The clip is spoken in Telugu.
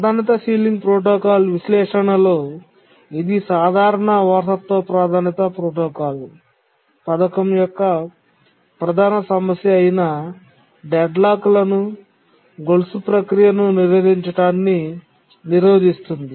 ప్రాధాన్యత సీలింగ్ ప్రోటోకాల్ విశ్లేషణలో ఇది సాధారణ ప్రాధాన్యత వారసత్వ పథకం యొక్క ప్రధాన సమస్య అయిన డెడ్లాక్ల ను గొలుసు ప్రక్రియను నిరోధించడాన్ని నిరోధిస్తుంది